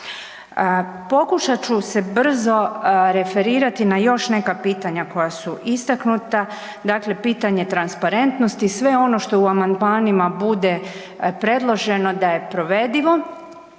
Pokušat ću brzo se referirati na još neka pitanja koja su istaknuta, dakle pitanje transparentnosti sve ono što u amandmanima bude predloženo da je provedivo